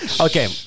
Okay